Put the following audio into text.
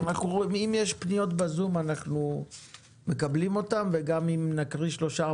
אם יש פניות בזום אנחנו מקבלים אותן וגם אם נקריא שלושה או